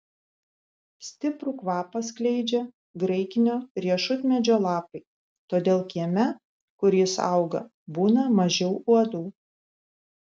stiprų kvapą skleidžia graikinio riešutmedžio lapai todėl kieme kur jis auga būna mažiau uodų